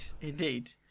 indeed